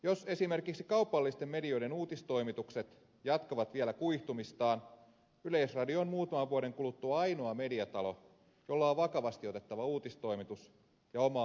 jos esimerkiksi kaupallisten medioiden uutistoimitukset jatkavat vielä kuihtumistaan yleisradio on muutaman vuoden kuluttua ainoa mediatalo jolla on vakavasti otettava uutistoimitus ja omaa ajankohtaisohjelmatuotantoa